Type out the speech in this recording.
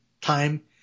time